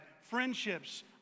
friendships